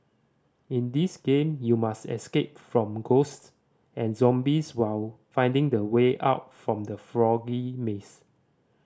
in this game you must escape from ghosts and zombies while finding the way out from the foggy maze